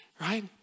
right